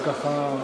זה, ככה,